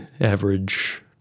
average